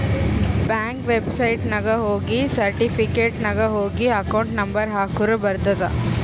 bank ವೆಬ್ಸೈಟ್ನಾಗ ಹೋಗಿ certificate ನಾಗ್ ಹೋಗಿ ಅಕೌಂಟ್ ನಂಬರ್ ಹಾಕುರ ಬರ್ತುದ್